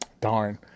darn